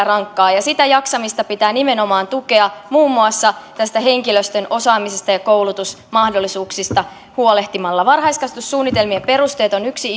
rankkaa ja sitä jaksamista pitää nimenomaan tukea muun muassa henkilöstön osaamisesta ja koulutusmahdollisuuksista huolehtimalla varhaiskasvatussuunnitelmien perusteet ovat yksi